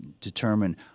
determine